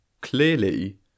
Clearly